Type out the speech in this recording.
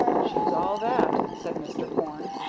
she's all that, said mr. porne,